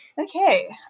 Okay